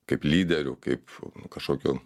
kaip lyderių kaip kažkokio